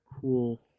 cool